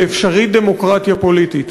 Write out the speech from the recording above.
ואפשרית דמוקרטיה פוליטית,